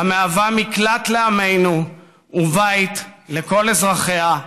שהיא מקלט לעמנו ובית לכל אזרחיה,